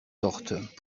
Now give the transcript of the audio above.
sortes